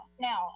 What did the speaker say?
Now